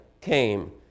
came